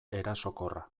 erasokorra